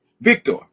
Victor